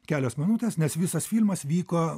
kelios minutės nes visas filmas vyko